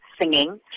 singing